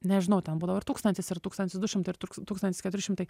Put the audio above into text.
nežinau ten budavo ir tūkstantis ir tūkstantis du šimtai ir tūks tūkstantis keturi šimtai